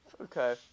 Okay